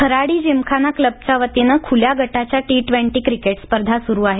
खराडी जिमखाना क्लबच्या वतीनं खुल्या गटाच्या टी ट्वेन्टी क्रिकेट स्पर्धा सुरू आहेत